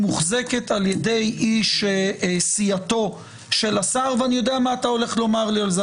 מוחזקת על ידי איש סיעתו של השר ואני יודע מה אתה הולך לומר לי על זה.